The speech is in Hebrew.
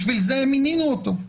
בשביל זה מינינו אותו.